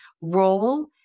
role